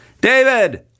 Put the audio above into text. David